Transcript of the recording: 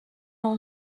اون